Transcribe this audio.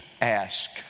ask